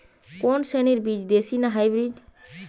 কোন শ্রেণীর বীজ দেশী না হাইব্রিড?